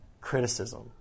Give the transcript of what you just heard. criticism